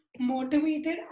Motivated